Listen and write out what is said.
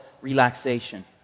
relaxation